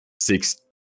six